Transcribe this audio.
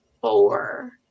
four